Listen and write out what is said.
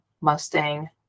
Mustang